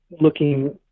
looking